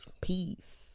peace